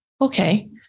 okay